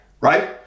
right